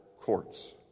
courts